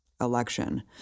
election